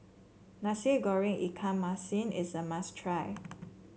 Nasi Goreng Ikan Masin is a must try